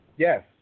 Yes